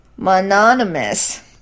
Mononymous